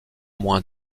moins